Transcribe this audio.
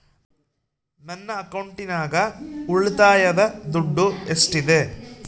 ನನ್ನ ಅಕೌಂಟಿನಾಗ ಉಳಿತಾಯದ ದುಡ್ಡು ಎಷ್ಟಿದೆ?